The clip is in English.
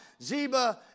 Zeba